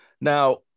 Now